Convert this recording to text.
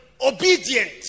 obedient